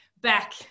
back